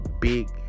big